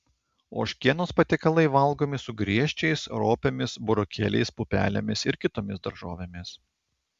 ožkienos patiekalai valgomi su griežčiais ropėmis burokėliais pupelėmis ir kitomis daržovėmis